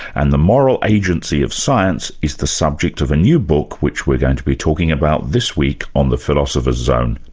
and the moral agency of science is the subject of a new book which we're going to be talking about this week on the philosopher's zonehi,